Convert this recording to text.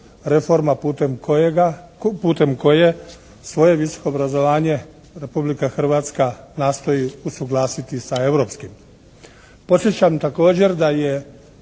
reforma putem koje svoje visoko obrazovanje Republika Hrvatska nastoji usuglasiti sa europskim.